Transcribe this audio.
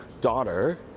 daughter